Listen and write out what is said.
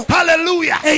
Hallelujah